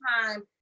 time